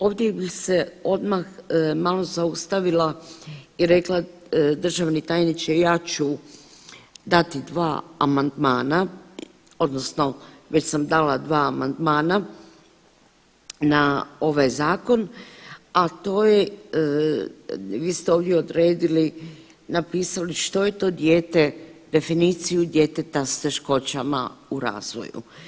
Ovdje bih se odmah malo zaustavila i rekli državni tajniče ja ću dati dva amandmana odnosno već sam dala dva amandmana na ovaj zakon, a to je vi ste ovdje odredili napisali što je to dijete, definiciju djeteta s teškoćama u razvoju.